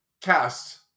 cast